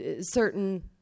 certain